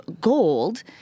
gold